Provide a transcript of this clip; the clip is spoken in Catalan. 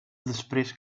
després